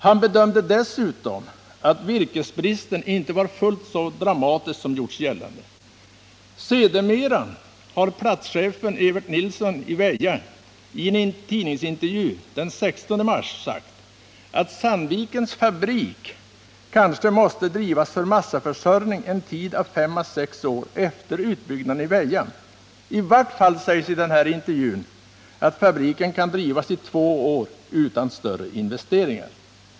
Han gjorde dessutom den bedömningen att virkesbristen inte var fullt så dramatisk som det har gjorts gällande. Sedermera har platschefen Evert Nilsson i en tidningsintervju den 16 mars sagt att Sandvikens fabrik kanske måste drivas för massaförsörjning under en tid av fem å sex år efter en utbyggnad i Väja. I vart fall, sägs det i intervjun, kan fabriken drivas i två år utan större investeringar.